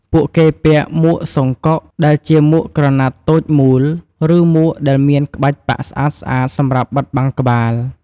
ពួកគេពាក់ មួកសុងកុក (songkok) ដែលជាមួកក្រណាត់តូចមូល ឬមួកដែលមានក្បាច់ប៉ាក់ស្អាតៗសម្រាប់បិទបាំងក្បាល។